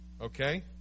Okay